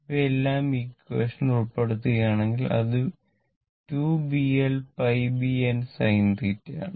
ഇവയെല്ലാം ഈ ഈക്വാഷൻ ഉൾപ്പെടുത്തുകയാണെങ്കിൽ അത് 2 Blπ B n sinθ ആണ്